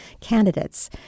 candidates